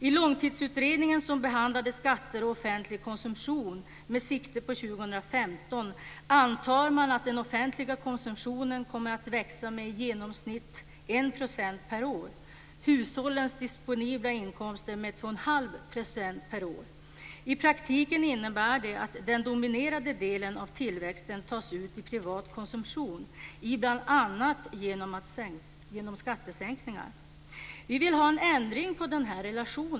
I Långtidsutredningen, som behandlade skatter och offentlig konsumtion med sikte på år 2015, antar man att den offentliga konsumtionen kommer att växa med i genomsnitt 1 % 21⁄2 % per år. I praktiken innebär det att den dominerande delen av tillväxten tas ut i privat konsumtion, bl.a. genom skattesänkningar.